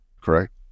Correct